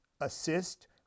assist